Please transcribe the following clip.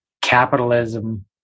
capitalism